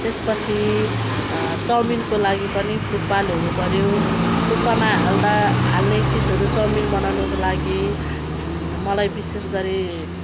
त्यसपछि चाउमिनको लागि पनि थुक्पा हुनुपर्यो थुक्पामा हाल्ने चिजहरू चाउमिन बनाउनको लागि मलाई विशेष गरी